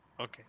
okay